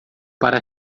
para